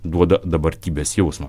duoda dabartybės jausmą